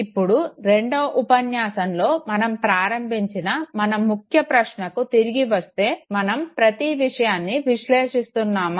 ఇప్పుడు రెండవ ఉపన్యాసంలో మనం ప్రారంభించిన మన ముఖ్య ప్రశ్నకు తిరిగి వస్తే మనం ప్రతి విషయాన్ని విశ్లేషిస్తున్నామా